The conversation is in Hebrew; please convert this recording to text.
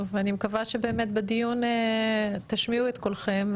אני מקווה שבאמת בדיון תשמיעו את קולכם,